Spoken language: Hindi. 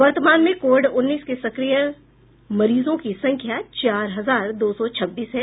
वर्तमान में कोविड उन्नीस के सक्रिय मरीजों की संख्या चार हजार दो सौ छब्बीस है